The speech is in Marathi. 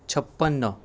छप्पन्न